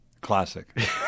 Classic